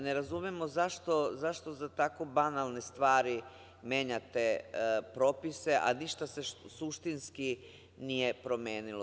Ne razumemo zašto za tako banalne stvari menjate propise, a ništa se suštinski nije promenilo.